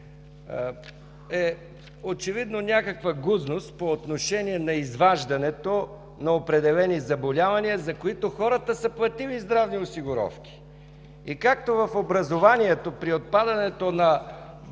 е очевидно някаква гузност по отношение на изваждането на определени заболявания, за които хората са платили здравни осигуровки. Както в образованието, при отпадането